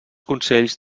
consells